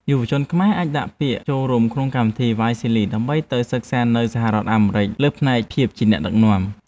យុវជនខ្មែរអាចដាក់ពាក្យចូលរួមក្នុងកម្មវិធីវ៉ាយស៊ីលីដើម្បីទៅសិក្សានៅសហរដ្ឋអាមេរិកលើផ្នែកភាពជាអ្នកដឹកនាំ។